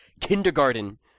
kindergarten